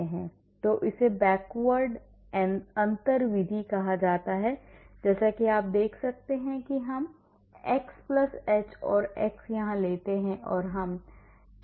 तो इसे बैकवर्ड अंतर विधि कहा जाता है जैसा कि आप देख सकते हैं कि हम x h और x यहाँ लेते हैं हम x और x h लेते हैं